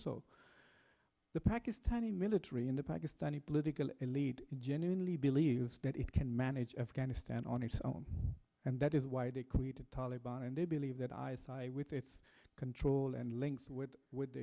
so the pakistani military and the pakistani political elite genuinely believes that it can manage afghanistan on its own and that is why they created taliban and they believe that i s i with its control and links with with